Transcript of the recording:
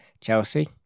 Chelsea